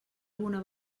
alguna